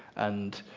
and